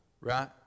right